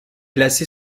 placé